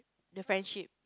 the friendship